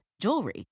jewelry